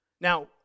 Now